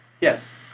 Yes